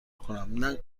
کنم